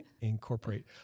incorporate